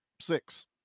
six